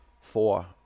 four